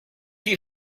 you